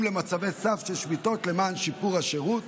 למצבי סף של שביתות למען שיפור השירות,